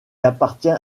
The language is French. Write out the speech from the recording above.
appartient